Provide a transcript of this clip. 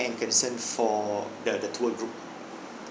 and concern for the the tour group